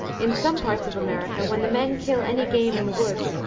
in some parts of america, when the men kill any game in the woods,